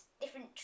different